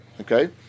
Okay